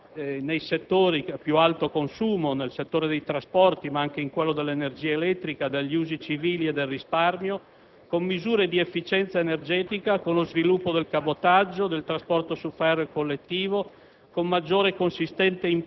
in particolare nei settori a più alto consumo, nel settore dei trasporti ma anche in quello dell'energia elettrica, degli usi civili e del terziario, con misure di efficienza energetica, con lo sviluppo del cabotaggio, del trasporto su ferro e collettivo,